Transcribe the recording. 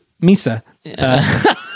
Misa